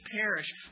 perish